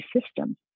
systems